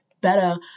better